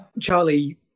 charlie